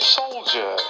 soldier